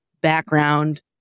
background